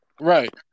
Right